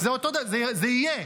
זה יהיה,